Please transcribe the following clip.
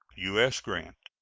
u s. grant.